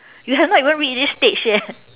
you have not even reach this stage yet